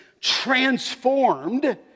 transformed